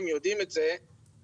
במקרה ספציפי זה בעייתי, כן.